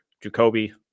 jacoby